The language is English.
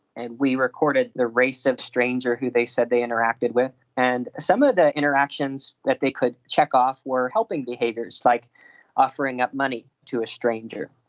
and we recorded the race of stranger who they said they interacted with. and some of the interactions that they could check off were helping behaviours, like offering up money to a stranger.